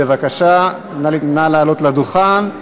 בבקשה, נא לעלות לדוכן.